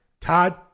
todd